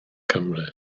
cymru